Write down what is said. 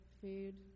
food